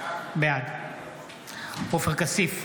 בעד עופר כסיף,